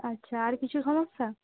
আচ্ছা আর কিছু সমস্যা